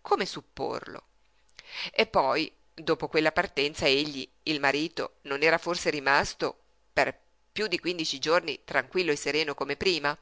come supporlo e poi dopo quella partenza egli il marito non era forse rimasto per piú di quindici giorni tranquillo sereno come prima